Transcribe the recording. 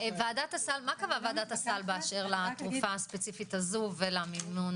קבעה ועדת הסל בקשר לתרופה הספציפית הזו ולמינון